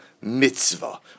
mitzvah